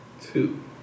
two